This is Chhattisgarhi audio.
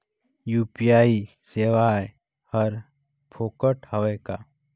यू.पी.आई सेवाएं हर फोकट हवय का?